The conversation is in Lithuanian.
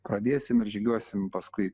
pradėsim ir žygiuosim paskui